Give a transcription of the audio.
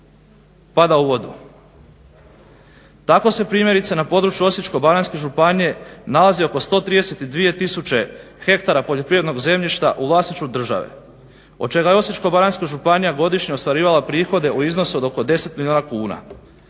pada u vodu. Tako se primjerice na području Osječko-baranjske županije nalazi oko 132 tisuće hektara poljoprivrednog zemljišta u vlasništvu države od čega je Osječko-baranjska županija godišnje ostvarivala prihode u iznosu od oko 10 milijuna kuna,